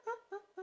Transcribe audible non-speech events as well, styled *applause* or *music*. *laughs*